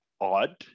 odd